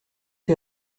ces